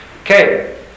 Okay